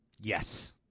Yes